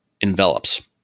envelops